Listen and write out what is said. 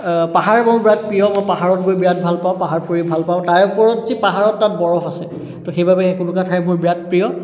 পাহাৰ মোৰ বৰ প্ৰিয় মই পাহাৰত গৈ বিৰাট ভাল পাওঁ পাহাৰ ফুৰি ভাল পাওঁ তাৰে ওপৰত তাৰ পাহাৰত বৰফ আছে ত' সেইবাবে সেনেকুৱা ঠাই মোৰ বিৰাট প্ৰিয়